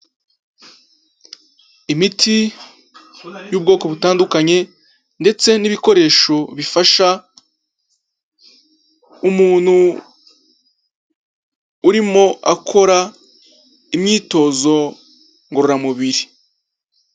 Imiti y'ubwoko butandukanye ndetse n'ibikoresho bifasha umuntu urimo akora imyitozo ngororamubiri.